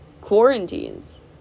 quarantines